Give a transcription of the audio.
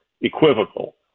equivocal